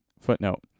Footnote